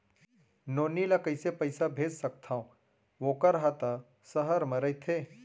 नोनी ल कइसे पइसा भेज सकथव वोकर हा त सहर म रइथे?